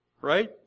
right